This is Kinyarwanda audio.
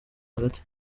hagati